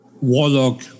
warlock